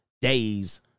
days